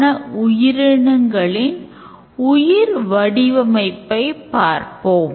மாற்று காட்சியை எவ்வாறு ஆவணப்படுத்துகிறோம் என்பதைப் பார்ப்போம்